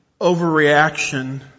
overreaction